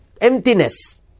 emptiness